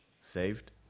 saved